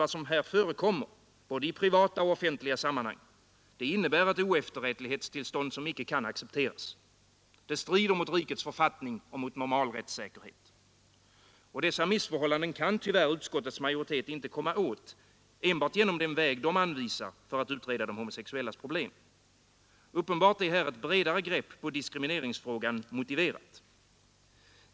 Vad som förekommer både i privata och i offentliga sammanhang innebär ett oefterrättlighetstillstånd som icke kan accepteras. Det strider mot rikets författning och normal rättssäkerhet. Och dessa missförhållanden kan tyvärr utskottets majoritet inte komma åt genom den väg den anvisar för att utreda de homosexuellas problem. Uppenbart är här ett bredare grepp på diskrimineringsfrågan motiverat.